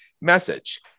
message